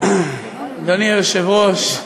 אדוני היושב-ראש,